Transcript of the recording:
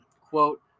Quote